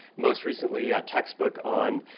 most recently a textbook on